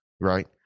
right